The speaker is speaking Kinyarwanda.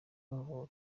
amavubi